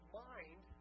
mind